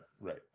Right